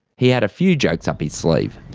he had a few jokes up his sleeve.